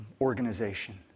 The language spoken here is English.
organization